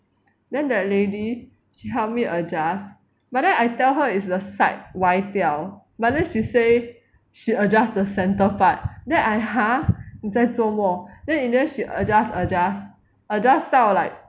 then that lady she help me adjust but then I tell her is the side 歪掉 but then she say she adjust the centre part then I !huh! 你在做么 then in the end she adjust adjust adjust 到 like